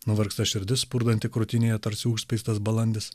nuvargsta širdis spurdanti krūtinėje tarsi užspeistas balandis